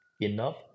enough